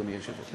אדוני היושב-ראש.